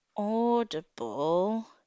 audible